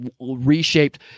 reshaped